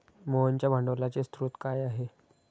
मोहनच्या भांडवलाचे स्रोत काय आहे?